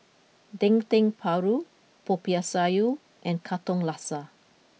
Dendeng Paru Popiah Sayur and Katong Laksa